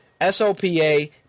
SOPA